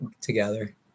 together